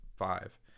five